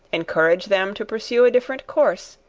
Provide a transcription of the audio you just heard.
encourage them to pursue a different course,